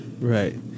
Right